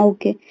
Okay